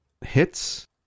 hits